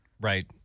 right